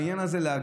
להתמודד בעניין הזה.